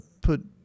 put